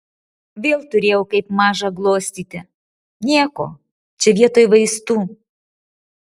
vėl turėjau kaip mažą glostyti nieko čia vietoj vaistų